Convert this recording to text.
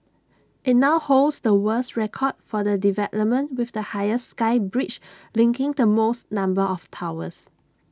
IT now holds the world's record for the development with the highest sky bridge linking the most number of towers